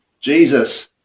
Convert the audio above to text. Jesus